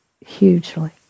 hugely